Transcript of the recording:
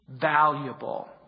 valuable